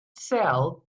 sell